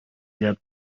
their